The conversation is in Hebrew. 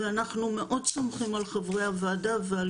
ואנחנו מאוד סומכים על חברי הוועדה ועל